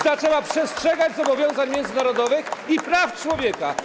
zaczęła przestrzegać zobowiązań międzynarodowych i praw człowieka.